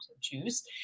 choose